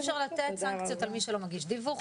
אי אפשר לתת סנקציות על מי שלא מגיש דיווחים,